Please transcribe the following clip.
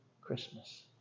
Christmas